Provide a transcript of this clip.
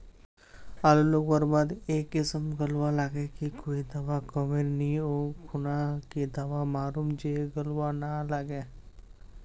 आलू लगवार बात ए किसम गलवा लागे की कोई दावा कमेर नि ओ खुना की दावा मारूम जे गलवा ना लागे?